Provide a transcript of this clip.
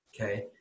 okay